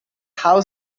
how